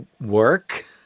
work